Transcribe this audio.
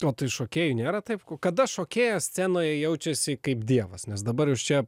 o tai šokėjui nėra taip kada šokėjas scenoj jaučiasi kaip dievas nes dabar jūs čia